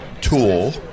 tool